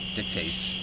dictates